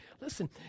Listen